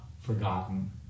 forgotten